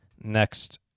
Next